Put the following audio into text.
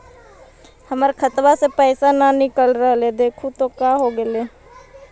हमर खतवा से पैसा न निकल रहले हे देखु तो का होगेले?